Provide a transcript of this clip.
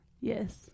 Yes